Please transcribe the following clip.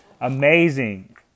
amazing